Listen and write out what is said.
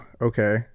okay